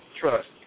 Trust